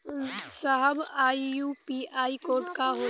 साहब इ UPI code का होला?